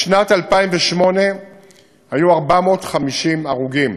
בשנת 2008 היו 450 הרוגים,